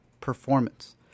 performance